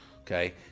Okay